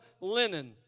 linen